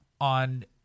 on